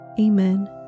Amen